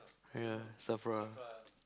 ya Safra